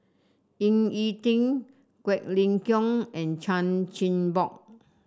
Ying E Ding Quek Ling Kiong and Chan Chin Bock